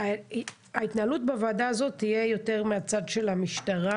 ההתנהלות בוועדה הזאת תהיה יותר מהצד של המשטרה,